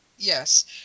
Yes